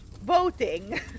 voting